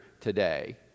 today